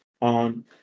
on